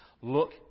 Look